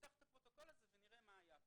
נפתח את הפרוטוקול הזה ונראה מה היה פה.